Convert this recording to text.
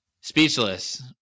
speechless